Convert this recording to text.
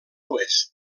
oest